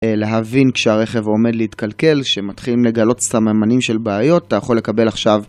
להבין כשהרכב עומד להתקלקל, שמתחיל לגלות סתם אמנים של בעיות, אתה יכול לקבל עכשיו...